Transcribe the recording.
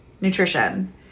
nutrition